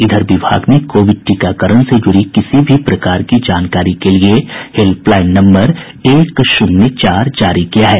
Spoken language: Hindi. इधर विभाग ने कोविड टीकाकरण से जुड़ी किसी भी प्रकार की जानकारी के लिए हेल्प लाईन नम्बर एक शून्य चार जारी किया है